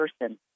person